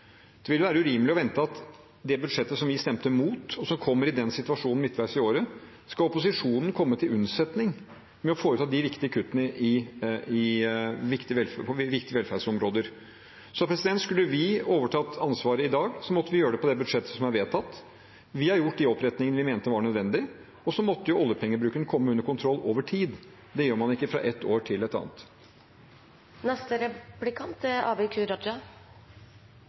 Det vil være urimelig å vente at når det gjelder det budsjettet vi stemte imot, og som kommer i denne situasjonen midtveis i året, skal opposisjonen komme til unnsetning med å foreta de riktige kuttene på viktige velferdsområder. Skulle vi overtatt ansvaret i dag, måtte vi gjøre det på budsjettet som er vedtatt. Vi har gjort de opprettingene vi mente var nødvendig. Så måtte oljepengebruken komme under kontroll over tid, og det gjør man ikke fra ett år til et annet. Arbeiderpartiet går inn for å spare 3,7 mill. kr og avlyse jernbanereformen. Det skjer bare dager etter at det er